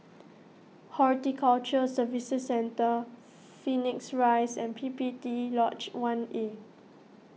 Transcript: Horticulture Services Centre Phoenix Rise and P P T Lodge one A